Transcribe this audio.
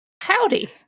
Howdy